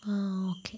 ആ ഒക്കെ